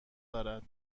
دارد